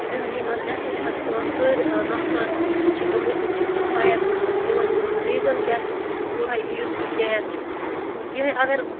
زندگی منٛز نٮ۪صفہٕ کھۄتہٕ ژٔر نۄقصان چھِ گٔمٕتۍ تِم چھِ صارِف فَیر سۭتۍ گٔمٕتۍ یِمن ریٖزن کیٛاہ چھُ یِہوے یُس یہِ گیس چھُ یِہٲے اَگر